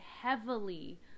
heavily